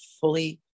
fully